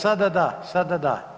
Sada da, sada da.